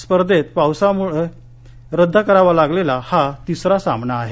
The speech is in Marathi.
स्पर्धेत पावसामुळे रद्द करावा लागलेला हा तिसरा सामना आहे